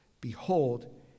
Behold